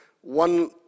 one